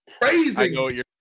praising